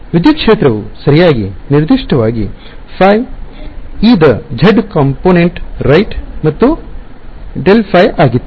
ವಿದ್ಯುತ್ ಕ್ಷೇತ್ರವು ಸರಿಯಾಗಿ ನಿರ್ದಿಷ್ಟವಾಗಿ ϕ E ದ z ಕಾಂಪೋನೆಂಟ್ ರೈಟ್ ಮತ್ತು ∇ϕ ಆಗಿತ್ತು